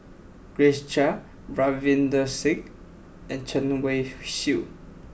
Grace Chia Ravinder Singh and Chen Wen Hsi